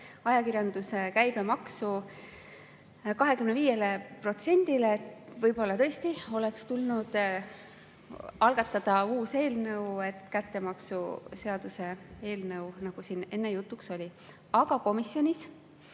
ajakirjanduse käibemaksu 25%‑le. Võib-olla tõesti oleks tulnud algatada uus eelnõu, kättemaksuseaduse eelnõu, nagu siin enne jutuks oli. Aga komisjonis